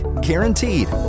guaranteed